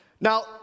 Now